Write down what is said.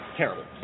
terrible